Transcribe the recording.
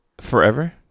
Forever